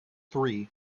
three